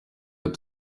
ati